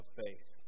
faith